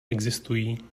existují